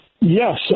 Yes